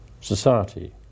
society